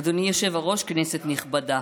אדוני היושב-ראש, כנסת נכבדה,